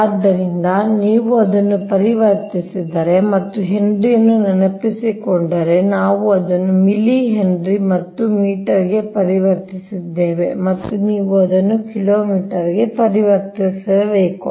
ಆದ್ದರಿಂದ ನೀವು ಅದನ್ನು ಪರಿವರ್ತಿಸಿದರೆ ಮತ್ತು ಹೆನ್ರಿಯನ್ನು ನೆನಪಿಸಿಕೊಂಡರೆ ನಾವು ಅದನ್ನು ಮಿಲಿ ಹೆನ್ರಿ ಮತ್ತು ಮೀಟರ್ ಗೆ ಪರಿವರ್ತಿಸಿದ್ದೇವೆ ಮತ್ತು ನೀವು ಅದನ್ನು ಕಿಲೋಮೀಟರ್ಗೆ ಪರಿವರ್ತಿಸಬೇಕು